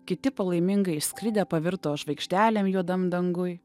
kiti palaimingai išskridę pavirto žvaigždelėm juodam danguj